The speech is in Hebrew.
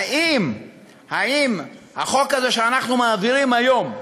האם החוק הזה שאנחנו מעבירים היום,